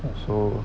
so